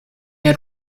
had